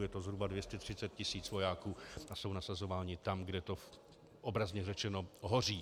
Je to zhruba 230 tisíc vojáků a jsou nasazováni tam, kde to obrazně řečeno hoří.